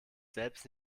selbst